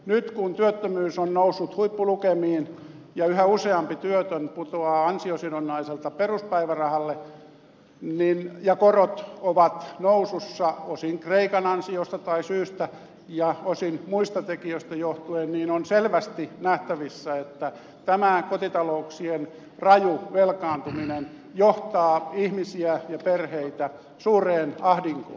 nyt kun työttömyys on noussut huippulukemiin ja yhä useampi työtön putoaa ansiosidonnaiselta peruspäivärahalle ja korot ovat nousussa osin kreikan ansiosta tai syystä ja osin muista tekijöistä johtuen niin on selvästi nähtävissä että tämä kotitalouksien raju velkaantuminen johtaa ihmisiä ja perheitä suureen ahdinkoon